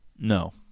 No